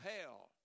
hell